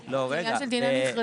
זה עניין של דיני מכרזים.